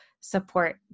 support